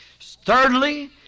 Thirdly